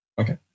Okay